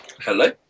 Hello